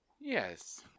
Yes